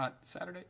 Saturday